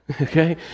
Okay